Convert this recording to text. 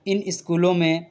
ان اسکولوں میں